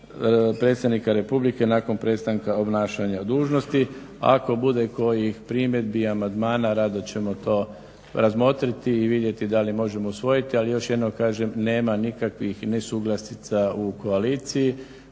predsjednika republike nakon prestanka obnašanja dužnosti. Ako bude kojih primjedbi, amandmana rado ćemo to razmotriti i vidjeti da li možemo usvojiti, ali još jednom kažem nema nikakvih nesuglasica u koaliciji.